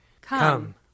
Come